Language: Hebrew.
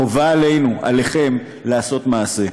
חובה עלינו, עליכם, לעשות מעשה.